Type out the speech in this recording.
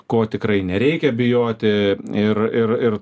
ko tikrai nereikia bijoti ir ir ir